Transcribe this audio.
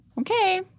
Okay